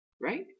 Right